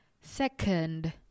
second